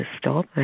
stop